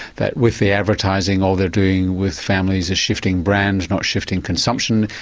that with the advertising all they're doing with families is shifting brands not shifting consumption.